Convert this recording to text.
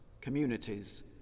communities